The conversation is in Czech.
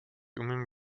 umím